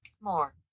More